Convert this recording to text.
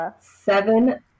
seven